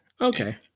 Okay